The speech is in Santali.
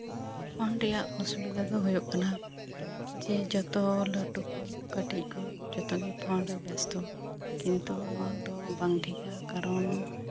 ᱯᱷᱳᱱ ᱨᱮᱭᱟᱜ ᱚᱥᱩᱵᱤᱫᱟ ᱫᱚ ᱦᱩᱭᱩᱜ ᱠᱟᱱᱟ ᱡᱮ ᱡᱚᱛᱚ ᱞᱟᱹᱴᱩ ᱠᱟᱹᱴᱤᱡ ᱠᱚ ᱡᱚᱛᱚ ᱜᱮ ᱯᱷᱳᱱ ᱨᱮ ᱵᱮᱥᱛᱳ ᱠᱤᱱᱛᱩ ᱱᱚᱣᱟ ᱫᱚ ᱵᱟᱝ ᱴᱷᱤᱠᱼᱟ ᱠᱟᱨᱚᱱ